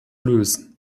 lösen